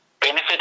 benefit